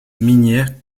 minières